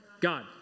God